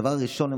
הדבר הראשון,